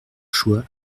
choix